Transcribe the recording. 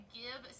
give